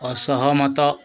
ଅସହମତ